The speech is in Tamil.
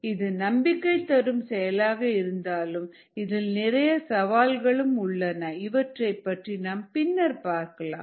இது நம்பிக்கை தரும் செயலாக இருந்தாலும் இதில் நிறைய சவால்களும் உள்ளன இவற்றை பற்றி நாம் பின்னர் பார்க்கலாம்